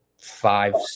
five